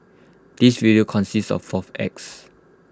this video consists of four acts